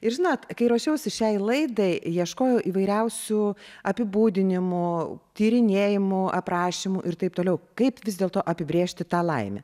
ir žinot kai ruošiausi šiai laidai ieškojau įvairiausių apibūdinimų tyrinėjimų aprašymų ir taip toliau kaip vis dėlto apibrėžti tą laimę